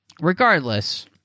regardless